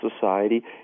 society